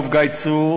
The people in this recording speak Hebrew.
האלוף גיא צור,